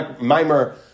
Mimer